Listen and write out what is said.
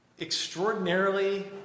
extraordinarily